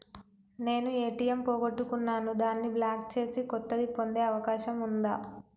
నేను ఏ.టి.ఎం పోగొట్టుకున్నాను దాన్ని బ్లాక్ చేసి కొత్తది పొందే అవకాశం ఉందా?